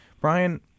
Brian